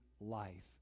life